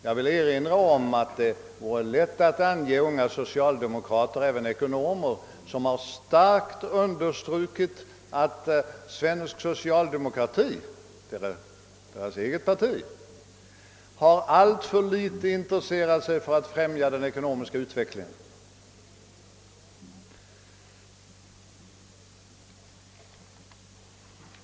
Jag vill erinra om att det vore lätt att ange unga socialdemokrater, även ekonomer, som kraftigt har understrukit att svensk socialdemokrati — deras eget parti — länge alltför litet har intresserat sig för att främja den ekonomiska utvecklingen.